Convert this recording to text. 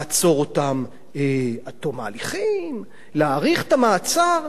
לעצור אותם עד תום ההליכים, להאריך את המעצר,